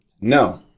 No